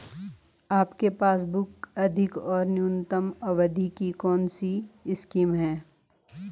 आपके पासबुक अधिक और न्यूनतम अवधि की कौनसी स्कीम है?